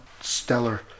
stellar